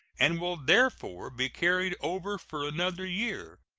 and will therefore be carried over for another year,